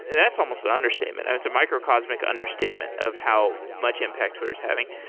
that's almost an understatement. and it's a microcosmic understatement of how much impact twitter is having.